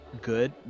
good